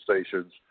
stations